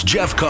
Jeff